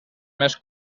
més